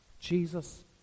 Jesus